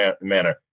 manner